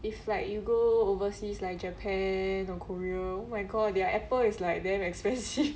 if like you go overseas like japan or korea oh my god their apple is like damn expensive